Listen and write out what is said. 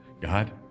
God